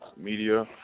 Media